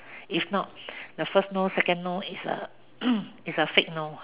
if not the first no second no is a is a fake no